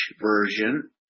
version